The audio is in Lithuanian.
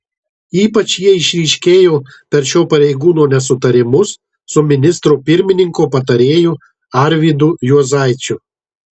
ypač jie išryškėjo per šio pareigūno nesutarimus su ministro pirmininko patarėju arvydu juozaičiu